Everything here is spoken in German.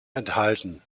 enthalten